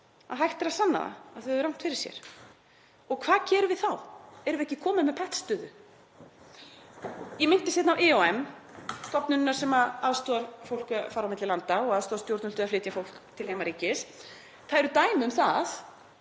að hægt er að sanna að þau höfðu rangt fyrir sér. Og hvað gerum við þá? Erum við ekki komin með pattstöðu? Ég minntist hérna á IOM, stofnunina sem aðstoðar fólk við að fara á milli landa og aðstoðar stjórnvöld við að flytja fólk til heimaríkis. Það eru dæmi um það